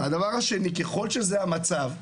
ככל שזה המצב,